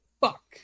fuck